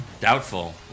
Doubtful